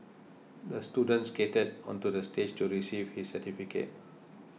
the student skated onto the stage to receive his certificate